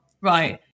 right